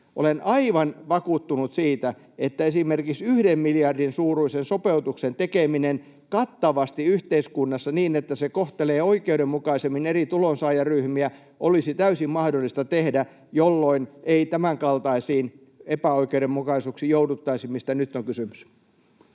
Olen aivan vakuuttunut siitä, että esimerkiksi yhden miljardin suuruisen sopeutuksen tekeminen kattavasti yhteiskunnassa niin, että se kohtelee oikeudenmukaisemmin eri tulonsaajaryhmiä, olisi täysin mahdollista tehdä, jolloin ei tämänkaltaisiin epäoikeudenmukaisuuksiin jouduttaisi, mistä nyt on kysymys.